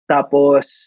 Tapos